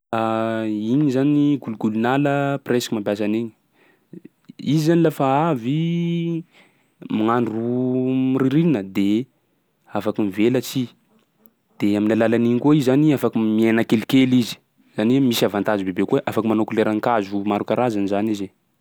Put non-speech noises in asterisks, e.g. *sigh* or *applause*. *hesitation* Igny zany kolokolonala presque mampiasa an'igny. Izy zany lafa avy gn'andro *hesitation* ririnina de afaky mivelatsy i de amin'ny alalan'igny koa i zany afaky miaina kelikely izy; zany hoe misy avantage bebe kokoa afaky manao koleran-kazo maro karazany zany izy.